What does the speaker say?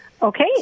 Okay